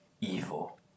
evil